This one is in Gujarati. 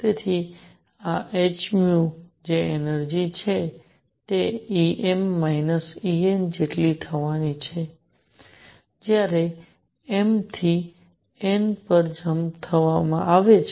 તેથી આ h જે એનર્જિ છે તે Em En જેટલી થવાની છે જ્યારે m થી n જમ્પ બનાવવામાં આવે છે